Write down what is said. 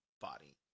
body